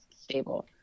stable